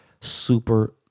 Super